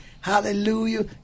Hallelujah